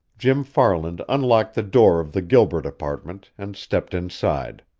jim farland unlocked the door of the gilbert apartment and stepped inside.